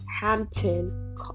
hampton